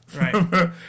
Right